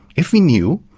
if we knew,